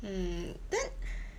mm then